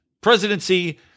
presidency